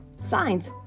signs